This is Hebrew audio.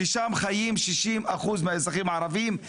ששם חיים 60% מהאזרחים הערבים,